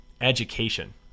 education